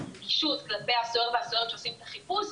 הרגישות כלפי הסוהר והסוהרת שעושים את החיפוש,